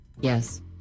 Yes